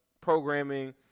programming